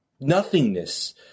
nothingness